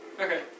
Okay